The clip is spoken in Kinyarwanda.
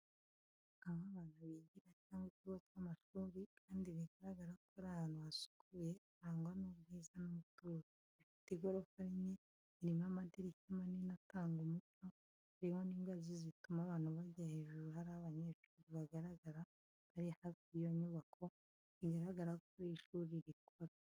Aho abantu bigira cyangwa ikigo cy'amashuri, kandi bigaragara ko ari ahantu hasukuye, harangwa n'ubwiza n'umutuzo. Ifite igorofa rimwe, irimo amadirishya manini atanga umucyo hariho n’ingazi zituma abantu bajya hejuru hari abanyeshuri bagaragara bari hafi y'iyo nyubako bigaragaza ko iri shuri rikora.